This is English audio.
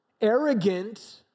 arrogant